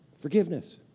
forgiveness